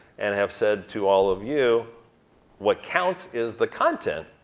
and have said to all of you what counts is the content,